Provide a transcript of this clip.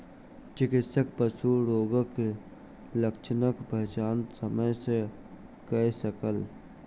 चिकित्सक पशु रोगक लक्षणक पहचान समय सॅ कय सकल